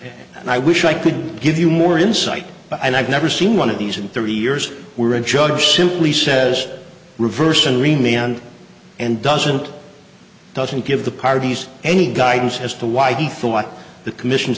and i wish i could give you more insight but i've never seen one of these in thirty years we're in judge simply says reversing remey on and doesn't doesn't give the parties any guidance as to why they thought the commission